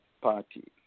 party